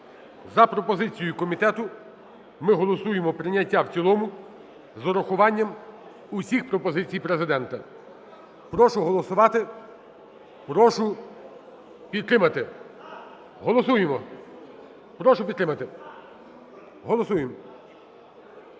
За пропозицією комітету ми голосуємо прийняття в цілому з урахуванням усіх пропозицій Президента. Прошу голосувати. Прошу підтримати. Голосуємо. Прошу підтримати. Голосуємо.